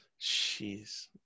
Jeez